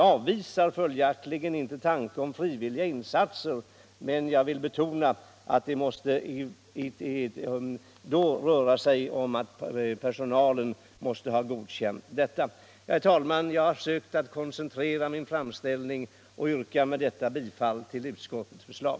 Vi avvisar följaktligen inte tanken på frivilliga insatser, men jag vill återigen betona att personalen måste godta dessa. Herr talman! Jag har försökt koncentrera min framställning. Jag yrkar med detta bifall till utskottets förslag.